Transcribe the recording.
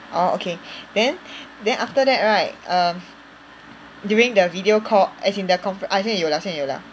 orh okay then then after that right um during the video call as in the confer~ ah 现在有 liao 现在有 liao